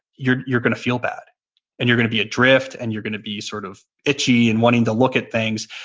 you're you're going to feel bad and you're going to be adrift and you're going to be sort of itchy and wanting to look at things.